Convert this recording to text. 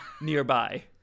nearby